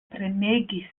premegis